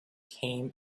came